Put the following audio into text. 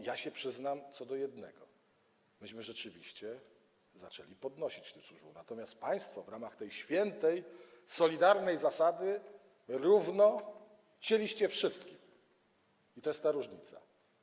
Ja się przyznam do jednego, myśmy rzeczywiście zaczęli podnosić je tym służbom, natomiast państwo w ramach tej świętej, solidarnej zasady równo cięliście wszystkim, i to jest ta różnica.